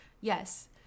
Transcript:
yes